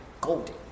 golden